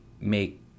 make